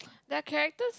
that characters